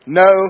no